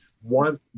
One